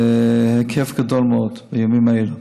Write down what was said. בהיקף גדול מאוד בימים האלה.